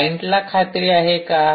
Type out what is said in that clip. क्लाइंटला खात्री आहे का